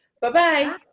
Bye-bye